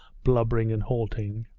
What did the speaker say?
blubbering and halting.